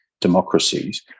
democracies